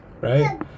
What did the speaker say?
right